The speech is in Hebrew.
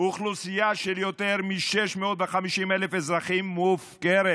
אוכלוסייה של יותר מ-650,000 אזרחים מופקרת.